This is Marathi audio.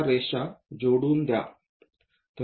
या रेषा जोडून द्या